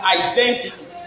identity